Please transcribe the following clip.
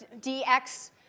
dx